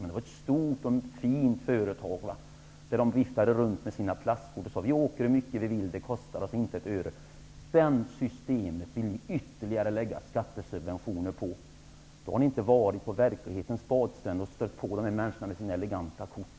Men det var ett stort och fint företag, där de viftade runt med sina plastkort och sade: Vi åker hur mycket vi vill, det kostar oss inte ett öre. Det systemet vill ni lägga ytterligare skattesubventioner på. Då har ni inte varit på verklighetens badstränder och stött på de här människorna med sina eleganta kort.